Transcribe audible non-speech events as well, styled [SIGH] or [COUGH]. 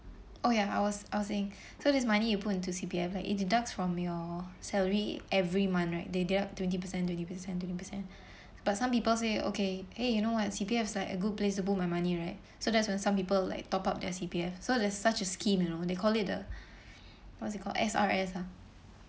oh ya I was I was saying so this money you put into C_P_F like it deducts from your salary every month right they deduct twenty percent twenty percent twenty percent [BREATH] but some people say okay eh you know what C_P_F is like a good place to put my money right so that's when some people like top up their C_P_F so there's such a scheme you know they call it the what's it called S_R_S ah